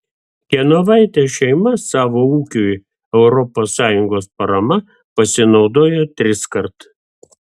genovaitės šeima savo ūkiui europos sąjungos parama pasinaudojo triskart